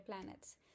planets